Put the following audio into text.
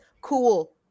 Cool